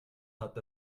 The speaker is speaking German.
hat